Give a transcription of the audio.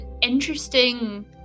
interesting